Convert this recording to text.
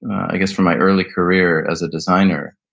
i guess from my early career as a designer,